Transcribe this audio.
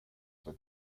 for